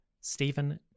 Stephen